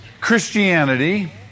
Christianity